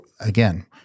again